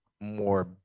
more